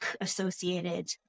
associated